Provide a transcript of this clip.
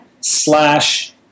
slash